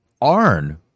Arn